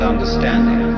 understanding